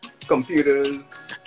computers